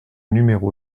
numéro